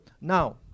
now